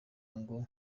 ngo